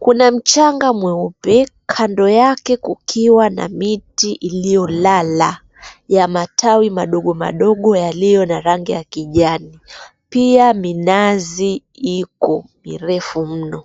Kuna mchanga mweupe, kando yake kukiwa na miti iliyolala ya matawi madogo madogo yaliyo na rangi ya kijani, pia minazi iko mirefu mno.